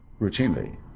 routinely